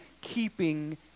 keeping